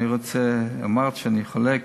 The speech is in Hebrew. אמרת שאני חולק.